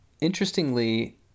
Interestingly